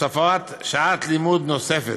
הוספת שעת לימוד נוספת,